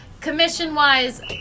Commission-wise